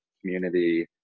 community